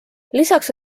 lisaks